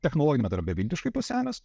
technologija dar beviltiškai pasenęs